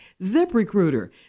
ZipRecruiter